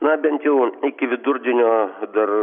na bent jau iki vidurdienio dar